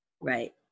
Right